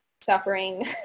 suffering